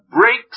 breaks